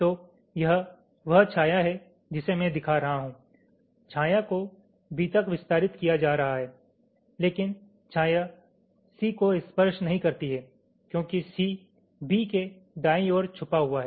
तो यह वह छाया है जिसे मैं दिखा रहा हूं छाया को B तक विस्तारित किया जा रहा है लेकिन छाया C को स्पर्श नहीं करती है क्योंकि C B के दाईं ओर छिपा हुआ है